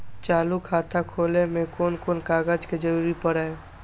चालु खाता खोलय में कोन कोन कागज के जरूरी परैय?